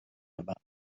about